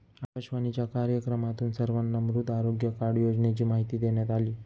आकाशवाणीच्या कार्यक्रमातून सर्वांना मृदा आरोग्य कार्ड योजनेची माहिती देण्यात आली